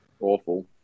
Awful